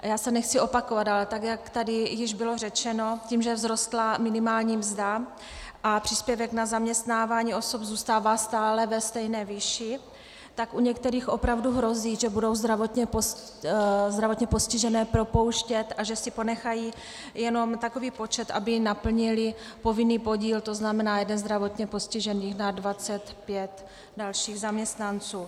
Já se nechci opakovat, ale tak jak tady již bylo řečeno, tím, že vzrostla minimální mzda a příspěvek na zaměstnávání osob zůstává stále ve stejné výši, tak u některých opravdu hrozí, že budou zdravotně postižené propouštět a že si ponechají jenom takový počet, aby naplnili povinný podíl, to znamená jeden zdravotně postižený na 25 dalších zaměstnanců.